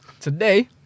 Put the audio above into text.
Today